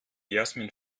jasmin